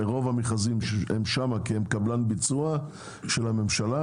רוב המכרזים הם שם, כי הן קבלן ביצוע של הממשלה.